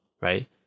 right